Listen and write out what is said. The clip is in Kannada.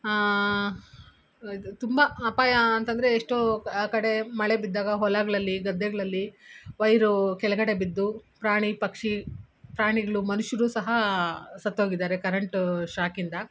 ಇದು ತುಂಬ ಅಪಾಯ ಅಂತಂದರೆ ಎಷ್ಟೋ ಕಡೆ ಮಳೆ ಬಿದ್ದಾಗ ಹೊಲಗಳಲ್ಲಿ ಗದ್ದೆಗಳಲ್ಲಿ ವೈರು ಕೆಳಗಡೆ ಬಿದ್ದು ಪ್ರಾಣಿ ಪಕ್ಷಿ ಪ್ರಾಣಿಗಳು ಮನುಷ್ಯರು ಸಹ ಸತ್ತೋಗಿದ್ದಾರೆ ಕರೆಂಟ್ ಶಾಕಿಂದ